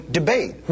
debate